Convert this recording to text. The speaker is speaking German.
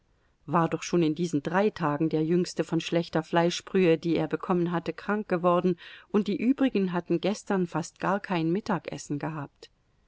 war doch schon in diesen drei tagen der jüngste von schlechter fleischbrühe die er bekommen hatte krank geworden und die übrigen hatten gestern fast gar kein mittagessen gehabt